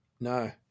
no